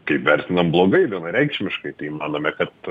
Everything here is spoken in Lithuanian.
kaip vertinam blogai vienareikšmiškai tai manome kad